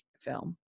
film